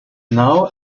now